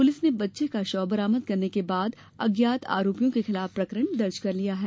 police ने बच्चे का शव बरामद करने के बाद अज्ञात आरोपियों के खिलाफ प्रकरण दर्ज कर लिया है